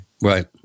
Right